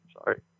Sorry